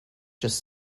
just